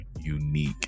unique